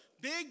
big